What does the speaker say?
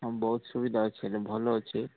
ହଁ ବହୁତ ସୁବିଧା ଅଛି ଭଲ ଅଛି